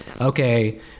okay